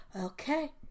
okay